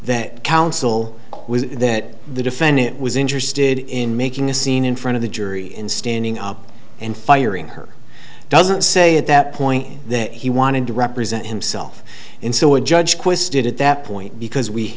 that counsel was that the defendant was interested in making a scene in front of the jury and standing up and firing her doesn't say at that point that he wanted to represent himself in so a judge course did at that point because we